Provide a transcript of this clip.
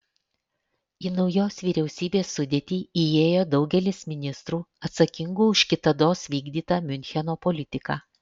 į naujos vyriausybės sudėtį įėjo daugelis ministrų atsakingų už kitados vykdytą miuncheno politiką